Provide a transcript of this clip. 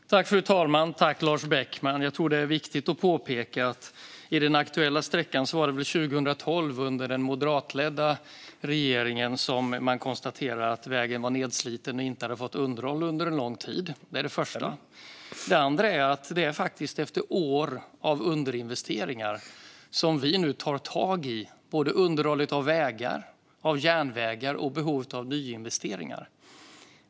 Fru talman! När det gäller den aktuella sträckan tror jag att det är viktigt att påpeka att det var 2012, under den moderatledda regeringen, som man konstaterade att vägen var nedsliten och inte hade fått underhåll under lång tid. Det är det första. Det andra är att vi nu efter år av underinvesteringar tar tag i såväl underhållet av vägar och järnvägar som behovet av nyinvesteringar.